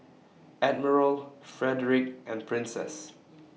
Admiral Frederic and Princess